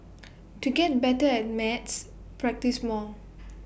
to get better at maths practise more